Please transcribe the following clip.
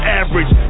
average